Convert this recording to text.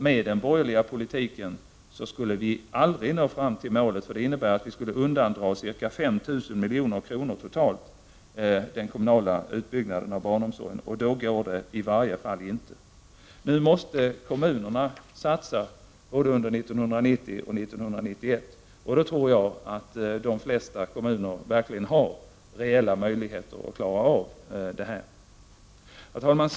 Med den borgerliga politiken skulle vi aldrig nå fram till målet. Det innebär att vi skulle undandra ca 5 000 milj.kr. totalt från den kommunala utbyggnaden av barnomsorgen. Då går det inte. Nu måste kommunerna satsa under både 1990 och 1991. Jag tror att de flesta kommuner verkligen har reella möjligheter att klara detta. Herr talman!